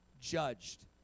judged